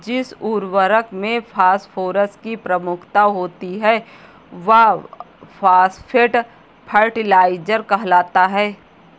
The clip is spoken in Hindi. जिस उर्वरक में फॉस्फोरस की प्रमुखता होती है, वह फॉस्फेट फर्टिलाइजर कहलाता है